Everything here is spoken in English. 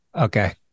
Okay